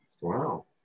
Wow